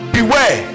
Beware